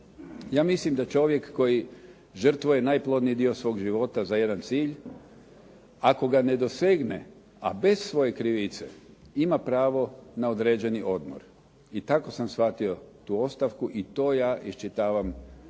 Ja mislim da čovjek koji žrtvuje najplodniji dio svog života za jedan cilj, ako ga ne dosegne, a bez svoje krivice ima pravo na određeni odmor. I tako sam shvatio tu ostavku i to ja iščitavam među